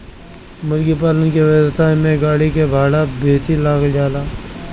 मुर्गीपालन के व्यवसाय में गाड़ी के भाड़ा बेसी लाग जाला